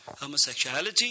Homosexuality